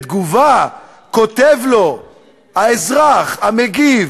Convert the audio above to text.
בתגובה כותב לו האזרח, המגיב,